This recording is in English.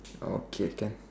okay can